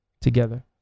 together